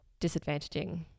disadvantaging